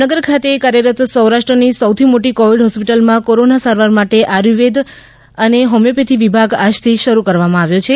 જામનગર ખાતે કાર્યરત સૌરાષ્ટ્રની સૌથી મોટી કોવિડ હોસ્પિટલમાં કોરોના સારવાર માટે આયુર્વેદ અને હોમિયોપેથી વિભાગ આજથી શરૂ કરવામાં આવ્યો છે